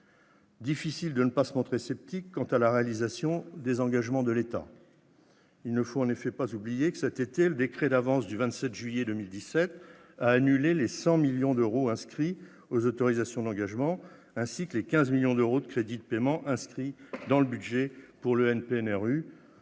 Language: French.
difficile de ne pas se montrer sceptique quant à la réalisation des engagements de l'État. Il ne faut en effet pas oublier que, cet été, le décret d'avance du 27 juillet 2017 a annulé les 100 millions d'euros inscrits en autorisations d'engagement ainsi que les 15 millions d'euros de crédits de paiement inscrits dans le budget pour le NPNRU-